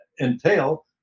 entail